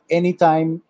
anytime